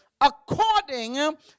according